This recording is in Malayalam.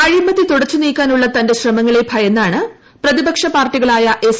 അഴിമതി തുടച്ചു നീക്കാനുള്ള തന്റെ ശ്രമങ്ങളെ ഭയന്നാണ് പ്രതിപക്ഷ പാർട്ടികളായ എസ്